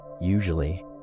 Usually